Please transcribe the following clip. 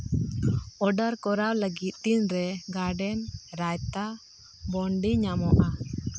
order ᱠᱚᱨᱟᱣ ᱞᱟᱹᱜᱤᱫ ᱛᱤᱱ ᱨᱮ ᱜᱟᱨᱰᱮᱱ ᱨᱟᱭᱛᱟ ᱵᱚᱱᱰᱤ ᱧᱟᱢᱚᱜᱼᱟ